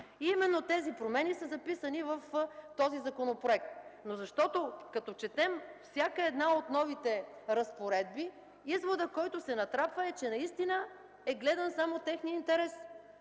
И именно тези промени са записани в този законопроект. Но защото, като четем всяка една от новите разпоредби, изводът, който се натрапва, е, че наистина е гледан само техният интерес.